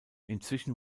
inzwischen